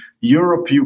Europe